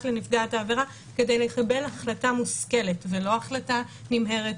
לנפגעת העבירה כדי לקבל החלטה מושכלת ולא החלטה נמהרת,